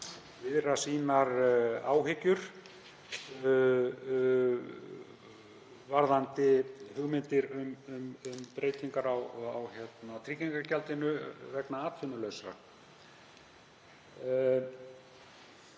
fyrir að viðra áhyggjur sínar varðandi hugmyndir um breytingar á tryggingagjaldinu vegna atvinnulausra.